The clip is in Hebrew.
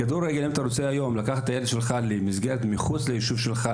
אם אתה רוצה היום לקחת את הילד שלך למסגרת מחוץ ליישוב שלך,